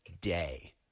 day